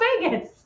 vegas